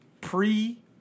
pre-